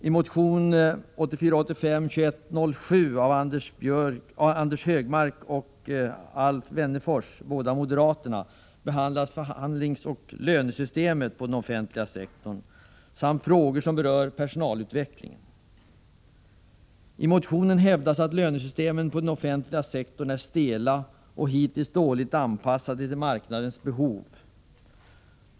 I motion 1984/85:2107 av Anders Högmark och Alf Wennerfors — båda moderater — behandlas förhandlingsoch lönesystemet på den offentliga sektorn samt frågor som berör personalutvecklingen. I motionen hävdas att lönesystemen på den offentliga sektorn är stela och hittills dåligt anpassade till marknadens behov.